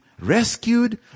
rescued